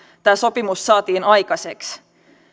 tämä sopimus saatiin aikaiseksi